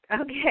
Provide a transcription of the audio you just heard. Okay